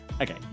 Okay